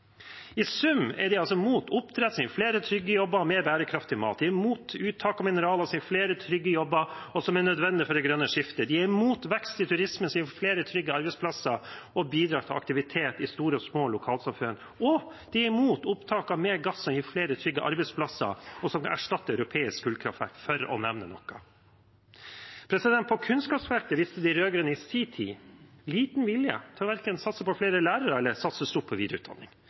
I sum er de mot oppdrett, som gir flere trygge jobber og mer bærekraftig mat. De er mot uttak av mineraler, som gir flere trygge jobber, og som er nødvendig for det grønne skiftet. De er mot vekst i turisme, som gir flere trygge arbeidsplasser og bidrar til aktivitet i store og små lokalsamfunn. Og de er mot opptak av mer gass, som gir flere trygge arbeidsplasser, og som kan erstatte europeiske kullkraftverk, for å nevne noe. På kunnskapsfeltet viste de rød-grønne i sin tid liten vilje – verken til å satse på flere lærere eller til å satse stort på videreutdanning.